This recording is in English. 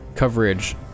coverage